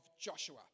Joshua